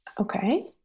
Okay